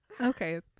Okay